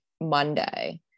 Monday